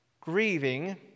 grieving